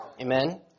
Amen